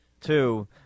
Two